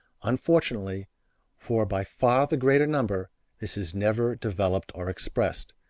unfortunately for by far the greater number this is never developed or expressed,